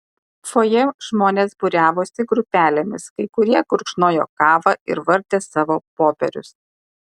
fojė žmonės būriavosi grupelėmis kai kurie gurkšnojo kavą ir vartė savo popierius